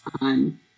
on